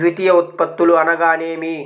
ద్వితీయ ఉత్పత్తులు అనగా నేమి?